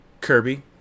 Kirby